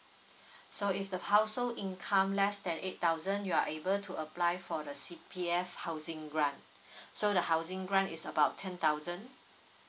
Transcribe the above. so if the household income less than eight thousand you are able to apply for the C_P_F housing grant so the housing grant is about ten thousand